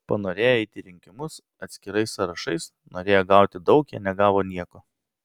panorėję eiti į rinkimus atskirais sąrašais norėję gauti daug jie negavo nieko